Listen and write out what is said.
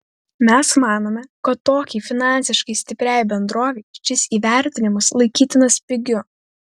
mes manome kad tokiai finansiškai stipriai bendrovei šis įvertinimas laikytinas pigiu